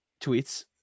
tweets